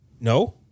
No